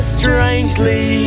strangely